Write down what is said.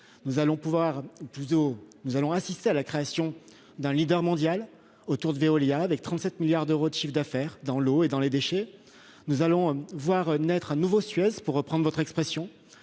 Nous allons assister à la création d'un leader mondial autour de Veolia, avec 37 milliards d'euros de chiffre d'affaires dans l'eau et les déchets. Nous allons voir naître un nouveau Suez- pour reprendre votre expression